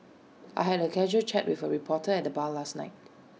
I had A casual chat with A reporter at the bar last night